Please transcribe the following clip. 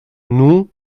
nous